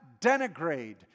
denigrate